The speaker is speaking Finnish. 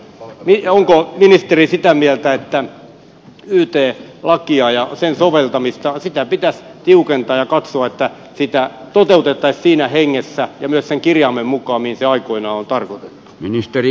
onko ministeri sitä mieltä että yt lakia ja sen soveltamista pitäisi tiukentaa ja katsoa että sitä toteutettaisiin siinä hengessä ja myös sen kirjaimen mukaan mihin se aikoinaan on tarkoitettu